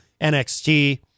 NXT